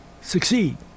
succeed